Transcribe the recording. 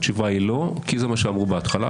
התשובה היא "לא" כי זה מה שאמרו בהתחלה,